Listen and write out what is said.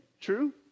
True